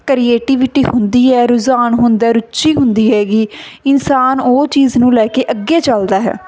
creativity ਹੁੰਦੀ ਹੈ ਰੁਝਾਨ ਹੁੰਦਾ ਰੁਚੀ ਹੁੰਦੀ ਹੈਗੀ ਇਨਸਾਨ ਉਹ ਚੀਜ਼ ਨੂੰ ਲੈ ਕੇ ਅੱਗੇ ਚੱਲਦਾ ਹੈ